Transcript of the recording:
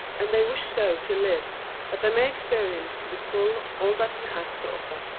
and they wish so to live that they may experience to the full all that it has to offer.